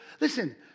listen